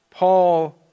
Paul